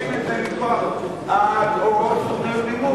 יש שם חוק או שעושים את זה מכוח הוראות תוכניות הלימוד?